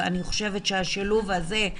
אני חושבת שהשילוב הזה,